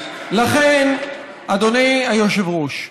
לכן, אדוני היושב-ראש,